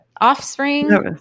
offspring